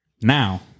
Now